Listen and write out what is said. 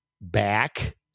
back